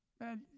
Man